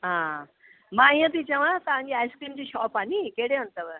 हा मां हीअं थी चवा तव्हांजी आइस्क्रीम जी शॉप आहे नी कहिड़े हंधि अथव